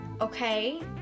okay